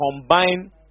combine